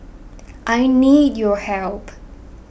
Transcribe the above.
I need your help